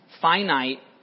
finite